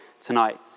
tonight